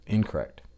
Incorrect